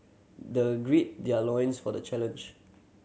the grid their loins for the challenge